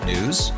News